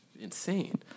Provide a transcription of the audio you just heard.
Insane